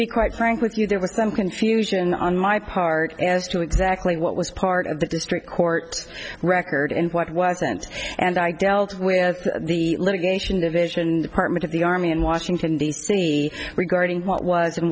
be quite frank with you there was some confusion on my part as to exactly what was part of the district court record and what wasn't and i dealt with the litigation division department of the army in washington d c regarding what was